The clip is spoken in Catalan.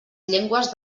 llengües